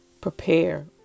prepare